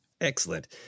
Excellent